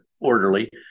orderly